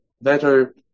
better